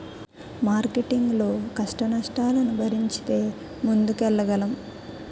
marketing లో కష్టనష్టాలను భరించితే ముందుకెళ్లగలం